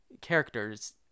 characters